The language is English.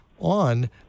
on